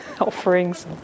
offerings